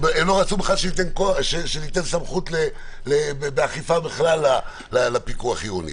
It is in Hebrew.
הם לא רצו בכלל שניתן סמכות באכיפה לפיקוח העירוני,